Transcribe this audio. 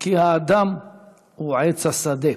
כי האדם עץ השדה.